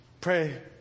Pray